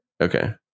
Okay